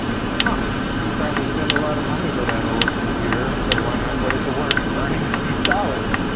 ah you probably spend a lot of money for that old computer so why not put it to work earning a few dollars.